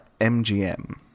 MGM